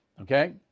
okay